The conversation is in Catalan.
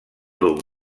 duc